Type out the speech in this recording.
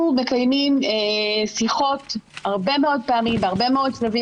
אנחנו מקיימים שיחות הרבה מאוד פעמים ובהרבה מאוד שלבים